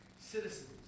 citizens